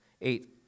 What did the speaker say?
Eight